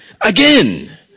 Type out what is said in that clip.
again